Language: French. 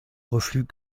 reflux